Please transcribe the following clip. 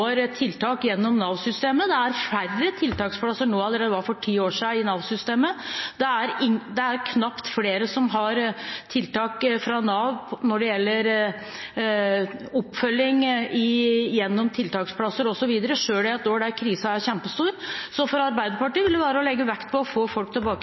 tiltak gjennom Nav-systemet. Det er færre tiltaksplasser nå enn det var for ti år siden i Nav-systemet. Det er knapt flere som har tiltak fra Nav når det gjelder oppfølging gjennom tiltaksplasser osv., selv i et år der krisen er kjempestor. Så for Arbeiderpartiet er det viktig å få folk tilbake